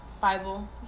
bible